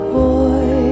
boy